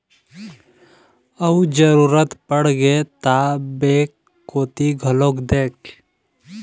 अउ जरुरत पड़गे ता बेंक कोती घलोक देख